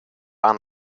aan